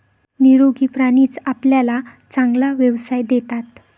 निरोगी प्राणीच आपल्याला चांगला व्यवसाय देतात